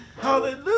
Hallelujah